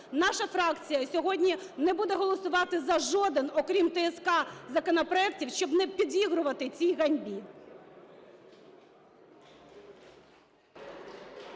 Наша фракція сьогодні не буде голосувати за жоден, окрім ТСК, законопроект, щоб не підігрувати цій ганьбі.